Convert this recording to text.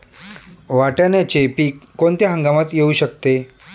वाटाण्याचे पीक कोणत्या हंगामात येऊ शकते?